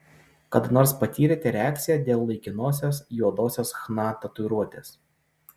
kada nors patyrėte reakciją dėl laikinosios juodosios chna tatuiruotės